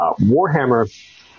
Warhammer